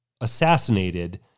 assassinated